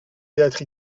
théâtre